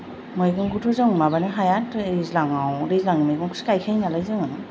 मैगंखौथ' जों माबानो हाया दैज्लांआव दैज्लांनि मैगंखौसो गायखायो नालाय जोङो